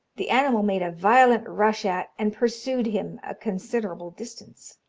the animal made a violent rush at and pursued him a considerable distance.